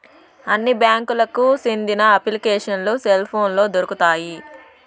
అన్ని బ్యాంకులకి సెందిన అప్లికేషన్లు సెల్ పోనులో దొరుకుతాయి